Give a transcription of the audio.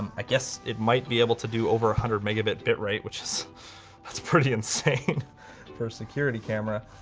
i guess it might be able to do over a hundred megabit bit. right? which is that's pretty insane for a security camera.